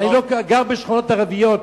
אני לא גר בשכונות ערביות.